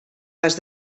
les